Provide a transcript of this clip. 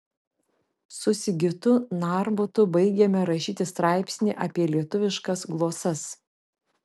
su sigitu narbutu baigėme rašyti straipsnį apie lietuviškas glosas